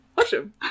Awesome